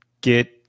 get